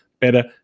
better